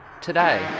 today